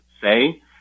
say